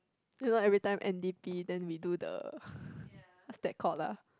you know everytime n_d_p then we do the what's that called lah